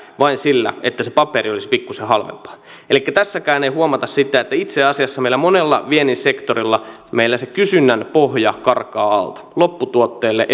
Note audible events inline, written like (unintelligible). vain sillä että se paperi olisi pikkuisen halvempaa tässäkään ei huomata sitä että itse asiassa meillä monella viennin sektorilla se kysynnän pohja karkaa alta lopputuotteelle (unintelligible)